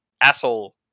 asshole